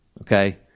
okay